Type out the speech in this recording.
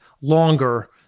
longer